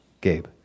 Gabe